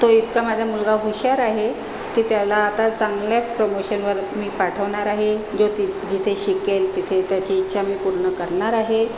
तो इतका माझा मुलगा हुशार आहे की त्याला आता चांगल्या प्रमोशनवर मी पाठवणार आहे जो ति जिथे शिकेल तिथे त्याची इच्छा मी पूर्ण करणार आहे